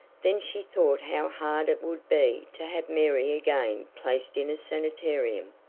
then she thought how hard it would be to have mary again placed in a sanitarium,